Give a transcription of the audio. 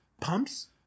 Pumps